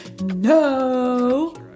No